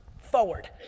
forward